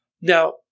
Now